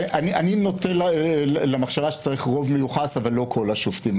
אני נוטה למחשבה שצריך רוב מיוחס אבל לא כל השופטים.